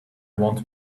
want